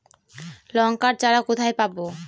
লঙ্কার চারা কোথায় পাবো?